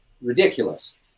Ridiculous